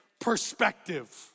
perspective